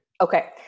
Okay